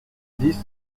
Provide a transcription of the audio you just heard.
dix